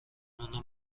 موندم